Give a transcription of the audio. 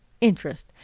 interest